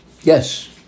Yes